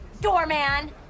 doorman